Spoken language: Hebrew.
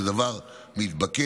זה דבר מתבקש.